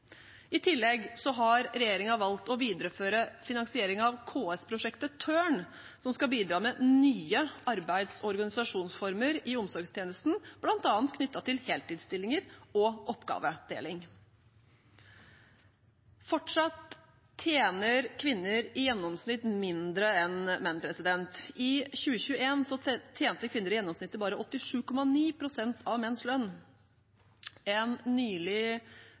I tillegg har regjeringen valgt å videreføre finansieringen av KS-prosjektet Tørn, som skal bidra med nye arbeids- og organisasjonsformer i omsorgstjenesten, bl.a. knyttet til heltidsstillinger og oppgavedeling. Fortsatt tjener kvinner i gjennomsnitt mindre enn menn.. I 2021 tjente kvinner i gjennomsnitt bare 87,9 pst. av menns lønn. En nylig